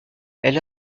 elle